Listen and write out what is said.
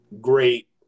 great